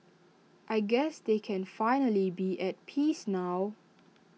I guess they can finally be at peace now